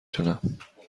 تونم